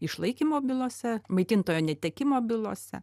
išlaikymo bylose maitintojo netekimo bylose